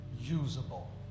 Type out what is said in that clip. usable